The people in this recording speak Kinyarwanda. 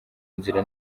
inzira